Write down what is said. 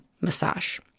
massage